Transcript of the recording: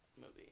movie